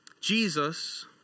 Jesus